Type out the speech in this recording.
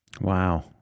Wow